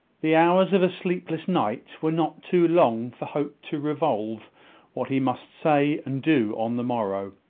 the hours of a sleepless night were not too long for hope to revolve what he must say and do on the morrow.